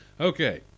Okay